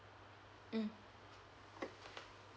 mm